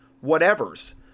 whatever's